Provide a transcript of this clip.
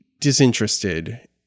disinterested